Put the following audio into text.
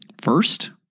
First